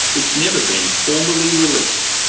it's never been formally released.